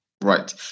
Right